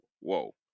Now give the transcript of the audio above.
whoa